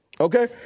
okay